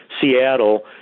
Seattle